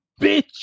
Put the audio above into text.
bitch